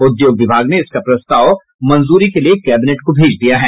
उद्योग विभाग ने इसका प्रस्ताव मंजूरी के लिए कैबिनेट को भेज दिया है